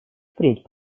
впредь